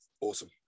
awesome